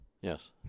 Yes